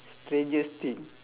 strangest thing